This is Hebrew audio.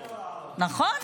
נכון?